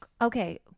Okay